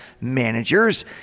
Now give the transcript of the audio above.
managers